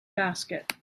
basket